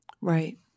Right